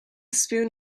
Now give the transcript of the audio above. spoon